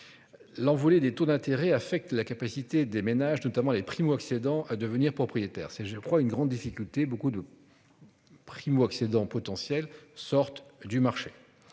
L'envolée des taux d'intérêt affectent la capacité des ménages, notamment les primo-accédants à devenir propriétaires. C'est je crois une grande difficulté. Beaucoup de. Primo-accédants potentiels sortent du marché.